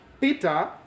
Peter